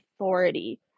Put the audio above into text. authority